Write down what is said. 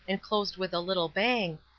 and closed with a little bang,